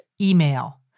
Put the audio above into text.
email